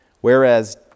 Whereas